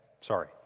Sorry